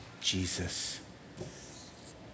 Jesus